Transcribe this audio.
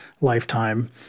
lifetime